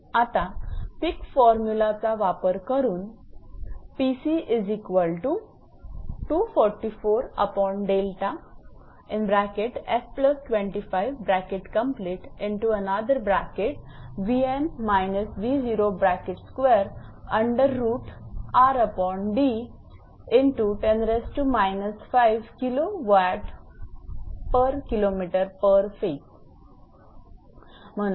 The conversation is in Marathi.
आता पिक फॉर्मुलाPeeks formula चा वापर करू म्हणून